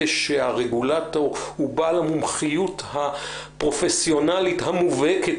שהרגולטור הוא בעל המומחיות הפרופסיונלית המובהקת,